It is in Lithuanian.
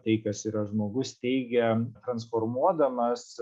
tai kas yra žmogus teigia transformuodamas